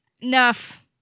enough